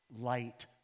light